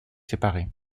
séparer